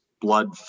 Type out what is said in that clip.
blood